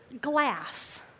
Glass